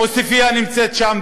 עוספיא נמצאת שם,